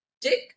dick